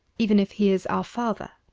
even if he is our father.